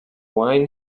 wine